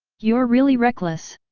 you're really reckless!